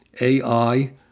AI